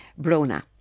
Brona